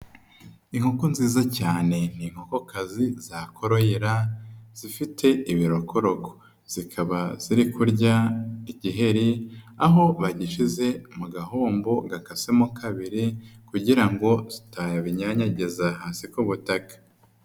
Inkoko nziza cyane, ni inkoko akazi zakoroyira, zifite ibirokoroko. Zikaba ziri kurya igiheri, aho bagishyize mu gahombo gakasemo kabiri kugira ngo zitabinyanyagiza hasi ku butaka.